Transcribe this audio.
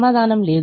సమాధానం లేదు